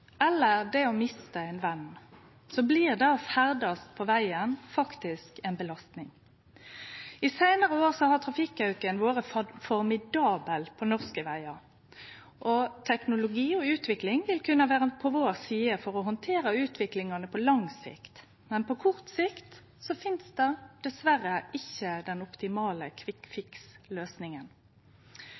eller det å miste ein ven, blir det å ferdast på vegen faktisk ei belastning. I seinare år har trafikkauken vore formidabel på norske vegar. Teknologi og utvikling vil kunne vere på vår side for å handtere utfordringane på lang sikt, men på kort sikt finst dessverre ikkje den optimale